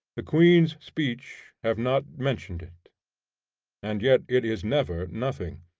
the queen's speech, have not mentioned it and yet it is never nothing.